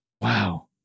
Wow